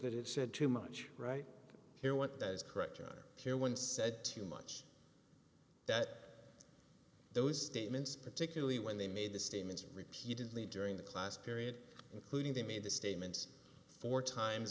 that it said too much right here what that is correct on here one said too much that those statements particularly when they made the statements repeatedly during the class period including they made the statements four times